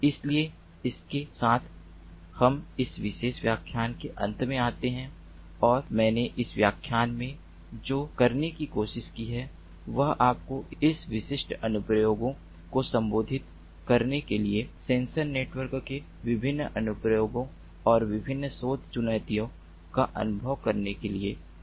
इसलिए इसके साथ हम इस विशेष व्याख्यान के अंत में आते हैं और मैंने इस व्याख्यान में जो करने की कोशिश की है वह आपको उन विशिष्ट अनुप्रयोगों को संबोधित करने के लिए सेंसर नेटवर्क के विभिन्न अनुप्रयोगों और विभिन्न शोध चुनौतियों का अनुभव कराने के लिए है